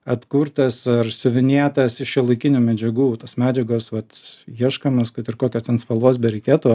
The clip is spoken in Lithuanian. atkurtas ar siuvinėtas iš šiuolaikinių medžiagų tos medžiagos vat ieškomės kad ir kokios ten spalvos bereikėtų